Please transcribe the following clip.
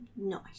Nice